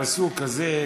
הפסוק הזה,